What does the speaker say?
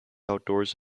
outdoors